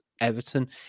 Everton